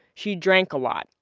she drank a lot.